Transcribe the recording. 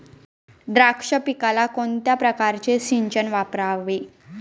द्राक्ष पिकाला कोणत्या प्रकारचे सिंचन वापरावे?